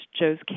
Joe's